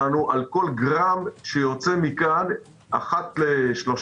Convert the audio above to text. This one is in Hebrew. ואיכות הסביבה מבקרת אותנו על כל גרם שיוצא מכאן אחת לשלושה,